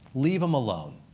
leave them alone.